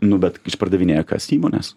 nu bet išpardavinėja kas įmonės